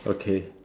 okay